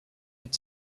had